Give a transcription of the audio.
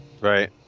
Right